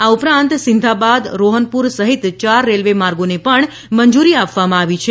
આ ઉપરાંત સિંધાબાદ રોહનપુર સહિત ચાર રેલવે માર્ગોને મંજૂરી આપવામાં આવી છે